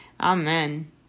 Amen